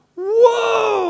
whoa